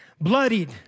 bloodied